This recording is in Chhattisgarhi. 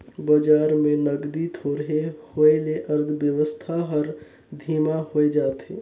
बजार में नगदी थोरहें होए ले अर्थबेवस्था हर धीमा होए जाथे